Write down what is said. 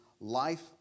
life